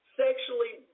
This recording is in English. sexually